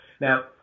Now